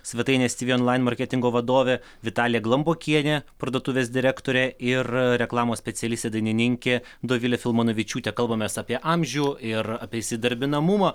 svetainės civi onlain marketingo vadovė vitalija glambokienė parduotuvės direktorė ir reklamos specialistė dainininkė dovilė filmanavičiūtė kalbamės apie amžių ir apie įsidarbinamumą